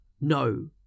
No